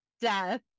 Death